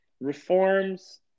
reforms